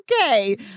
Okay